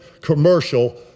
commercial